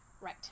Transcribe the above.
Right